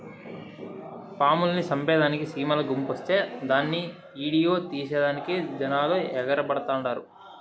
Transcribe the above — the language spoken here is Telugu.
పాముల్ని సంపేదానికి సీమల గుంపొస్తే దాన్ని ఈడియో తీసేదానికి జనాలు ఎగబడతండారు